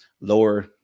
lower